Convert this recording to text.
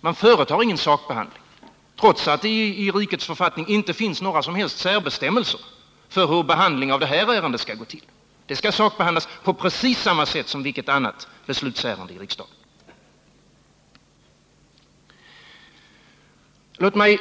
Man företar ingen sakbehandling, trots att det i rikets författning inte finns några som helst särbestämmelser för hur behandlingen av det här ärendet skall gå till — det skall alltså sakbehandlas på precis samma sätt som vilket annat beslutsärende i riksdagen som helst. Låt mig